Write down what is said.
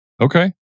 Okay